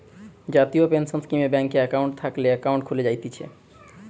জাতীয় পেনসন স্কীমে ব্যাংকে একাউন্ট থাকলে একাউন্ট খুলে জায়তিছে